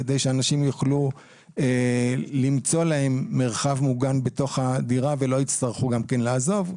כדי שאנשים יוכלו למצוא להם מרחב מוגן בתוך הדירה ולא יצטרכו לעזוב.